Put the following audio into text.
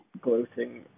gloating